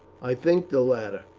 i think the latter.